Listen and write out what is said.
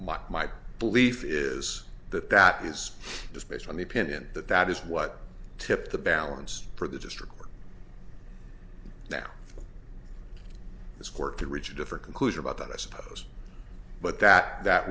my my belief is that that is just based on the opinion that that is what tipped the balance for the district now this court to reach a different conclusion about that i suppose but that that